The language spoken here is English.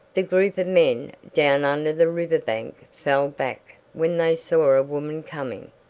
the group of men down under the riverbank fell back when they saw a woman coming,